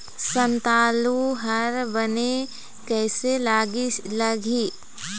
संतालु हर बने कैसे लागिही?